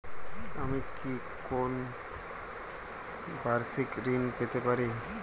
আমি কি কোন বাষিক ঋন পেতরাশুনা?